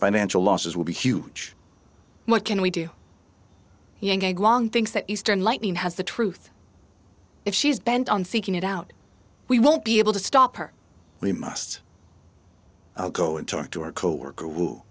financial losses will be huge what can we do you think that eastern lightning has the truth if she's bent on seeking it out we won't be able to stop her we must go and talk to her coworker who